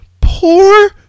Poor